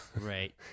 Right